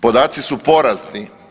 Podaci su porazni.